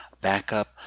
backup